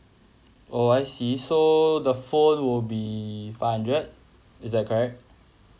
oh I see so the phone will be five hundred is that correct